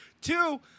two